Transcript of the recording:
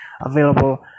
available